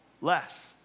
less